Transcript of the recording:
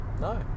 no